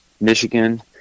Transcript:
Michigan